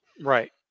Right